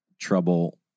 trouble